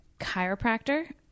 chiropractor